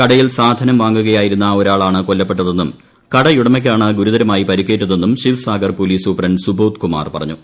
കടയിൽ സാധനം വാങ്ങുകയായിരുന്ന ഒരാളാണ് കൊല്ലപ്പെട്ടതെന്നും കടയുടമയ്ക്കാണ് ഗുരുതരമായി പരിക്കേറ്റതെന്നും ശിവ്സാഗർ പോലീസ് സൂപ്രണ്ട് സുബോധ് കുമാർ പറഞ്ഞു